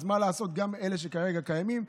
אז מה לעשות גם עם כאלה שכרגע קיימים?